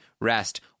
rest